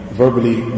verbally